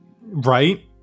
Right